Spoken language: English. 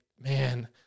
man